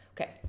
Okay